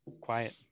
Quiet